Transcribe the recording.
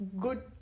good